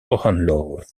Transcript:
hohenlohe